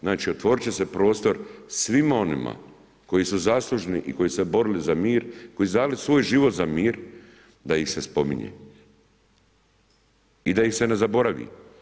Znači, otvorit će se prostor svima onima koji su zaslužni i koji su se borili za mir, koji su dali svoj život za mir, da ih se spominje i da ih se ne zaboravi.